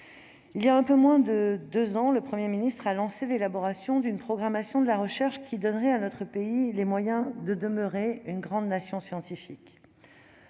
il y a un peu moins de deux ans, le Premier ministre a lancé l'élaboration d'une programmation de la recherche qui donnerait à notre pays les moyens de demeurer une grande nation scientifique.